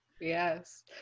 yes